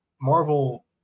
Marvel